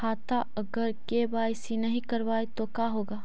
खाता अगर के.वाई.सी नही करबाए तो का होगा?